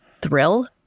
thrill